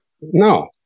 No